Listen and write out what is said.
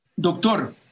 Doctor